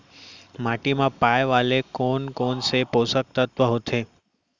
माटी मा पाए वाले कोन कोन से पोसक तत्व होथे?